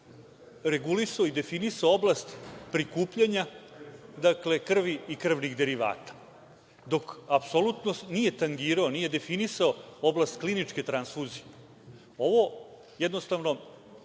regulisao i definisao oblast prikupljanja krvi i krvnih derivata, dok apsolutno nije tangirao, nije definisao, oblast kliničke transfuzije. Ovo je pravilo